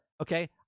okay